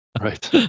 Right